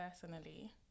personally